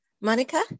Monica